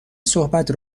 صحبت